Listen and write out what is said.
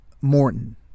Morton